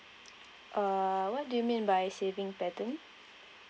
uh what do you mean by saving pattern